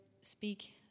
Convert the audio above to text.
speak